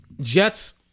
Jets